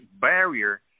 barrier